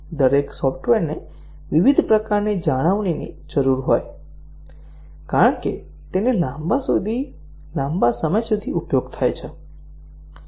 દરેક સોફ્ટવેરને વિવિધ પ્રકારની જાળવણીની જરૂર હોય છે કારણ કે તેનો લાંબા સમય સુધી ઉપયોગ થાય છે